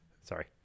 Sorry